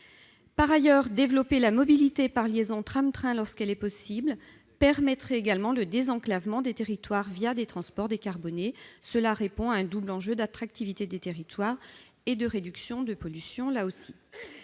Par ailleurs, développer la mobilité par liaison tram-train, lorsque celle-ci est possible, permettrait le désenclavement des territoires des transports décarbonés. Cela répond à un double enjeu d'attractivité des territoires et de réduction de pollution.